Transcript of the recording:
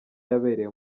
yabereye